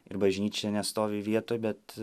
ir bažnyčia nestovi vietoj bet